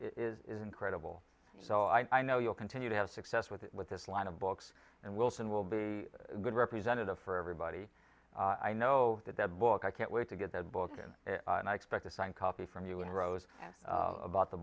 purpose is incredible so i know you'll continue to have success with it with this line of books and wilson will be a good representative for everybody i know that the book i can't wait to get the book in and i expect a signed copy from you and rose about the